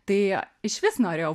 tai išvis norėjau